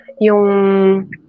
yung